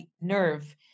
nerve